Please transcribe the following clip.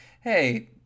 hey